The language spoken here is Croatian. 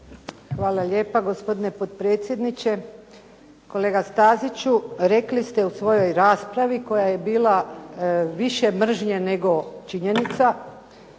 Hvala lijepa gospodine potpredsjedniče. Kolega Staziću rekli ste u svojoj raspravi koja je bila više mržnje nego činjenica